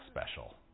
special